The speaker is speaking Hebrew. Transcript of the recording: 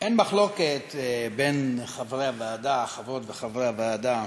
אין מחלוקת בין חברי הוועדה, חברות וחברי הוועדה: